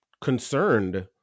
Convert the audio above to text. concerned